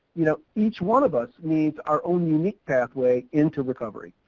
you know, each one of us needs our own unique pathway into recovery,